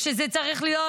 זה צריך להיות